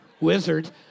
Wizard